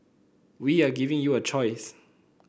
we are giving you a choice